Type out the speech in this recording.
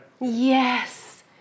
Yes